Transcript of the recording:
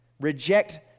reject